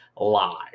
Live